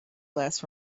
less